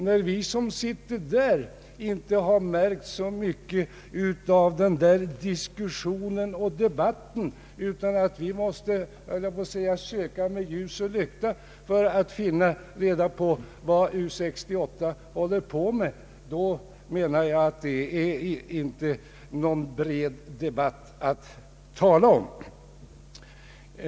När vi inte har märkt så mycket av denna diskussion och debatt och måste, höll jag på att säga, söka med ljus och lykta för att få reda på vad U 68 håller på med, anser jag att det inte är någon bred debatt att tala om.